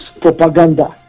propaganda